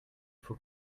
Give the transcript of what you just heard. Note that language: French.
faut